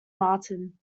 martin